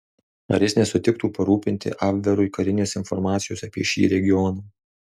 ar jis nesutiktų parūpinti abverui karinės informacijos apie šį regioną